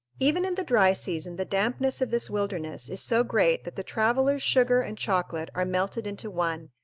even in the dry season the dampness of this wilderness is so great that the traveler's sugar and chocolate are melted into one,